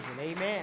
Amen